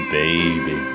baby